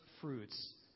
fruits